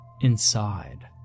Inside